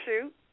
shoot